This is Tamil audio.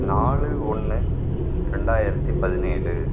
நாலு ஒன்று ரெண்டாயிரத்தி பதினேழு